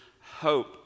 hope